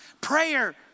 Prayer